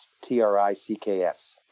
T-R-I-C-K-S